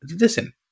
listen